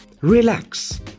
relax